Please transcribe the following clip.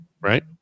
right